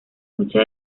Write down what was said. mucha